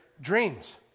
dreams